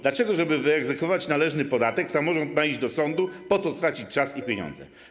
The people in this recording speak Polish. Dlaczego, żeby wyegzekwować należny podatek, samorząd ma iść do sądu, po co tracić czas i pieniądze?